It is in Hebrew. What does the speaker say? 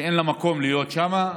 שאין לה מקום להיות שם.